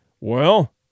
Well